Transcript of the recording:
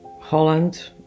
Holland